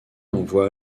envoie